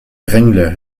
drängler